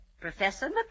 Professor